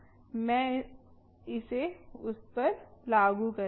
मैं इसे उस पर लागू कर रही हूं